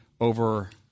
over